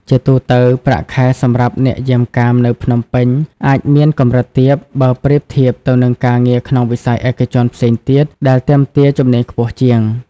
ជាទូទៅ ប្រាក់ខែ សម្រាប់អ្នកយាមកាមនៅភ្នំពេញអាចមាន កម្រិតទាប បើប្រៀបធៀបទៅនឹងការងារក្នុងវិស័យឯកជនផ្សេងទៀត ដែលទាមទារជំនាញខ្ពស់ជាង។